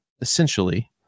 essentially